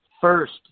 First